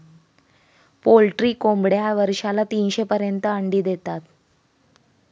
poultry कोंबड्या वर्षाला तीनशे पर्यंत अंडी देतात